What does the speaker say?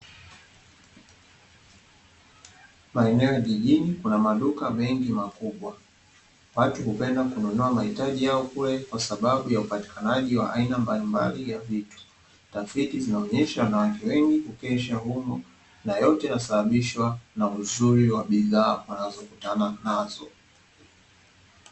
Maeneo ya jijini kuna maduka mengi makubwa, watu hupenda kununua mahitaji yao kule kwa sababu ya upatikanaji wa aina mbalimbali ya vitu, tafiti zinaonyesha wanawake wengi kukesha humo na yote inasababishwa na uzuri wa bidhaa wanazokutana nazo.